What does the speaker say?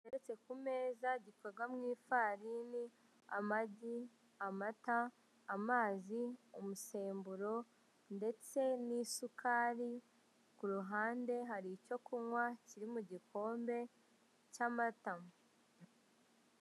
Giteretse ku meza gipaga mu ifarini amagi amata amazi umusemburo ndetse n'isukari, ku ruhande hari icyo kunywa kiri mu gikombe cy'amatama.